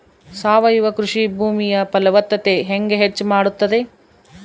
ಸಾವಯವ ಕೃಷಿ ಭೂಮಿಯ ಫಲವತ್ತತೆ ಹೆಂಗೆ ಹೆಚ್ಚು ಮಾಡುತ್ತದೆ?